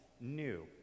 new